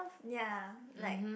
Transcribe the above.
ya like